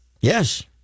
Yes